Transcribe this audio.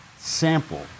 sample